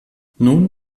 nun